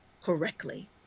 correctly